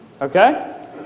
Okay